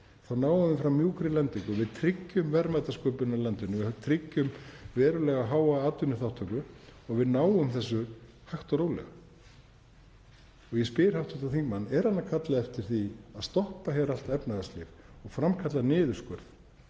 þá náum við fram mjúkri lendingu. Við tryggjum verðmætasköpun í landinu, tryggjum verulega háa atvinnuþátttöku og við náum þessu hægt og rólega. Ég spyr hv. þingmann: Er hann að kalla eftir því að stoppa allt efnahagslíf og framkalla niðurskurð